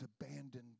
abandoned